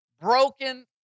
broken